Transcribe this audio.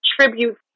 tribute